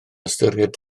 ystyried